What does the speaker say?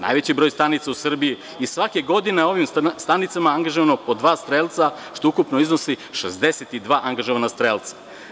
Najveći broj stanica u Srbiji i svake godine na ovim stanicama je angažovano po dva strelca, što ukupno iznosi 62 angažovana strelca.